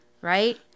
right